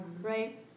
Right